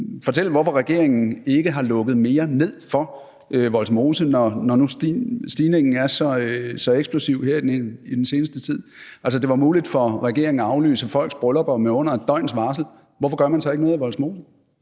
fortælle, hvorfor regeringen ikke har lukket mere ned i Vollsmose, når nu smittestigningen er så eksplosiv her i den seneste tid? Altså, det var muligt for regeringen at aflyse folks bryllupper med under et døgns varsel, hvorfor gør man så ikke noget i Vollsmose?